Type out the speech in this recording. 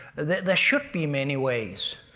there should be many ways.